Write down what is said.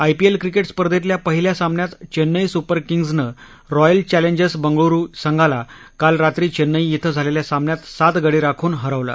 IPL cricket स्पर्धेतल्या पहिल्या सामन्यात चेन्नई सुपर किग्सनं रॉयल चॅलेंजर्स बंगळुरू संघाला काल रात्री चेन्नई िक्वे झालेल्या सामन्यात सात गडी राखून हरवलं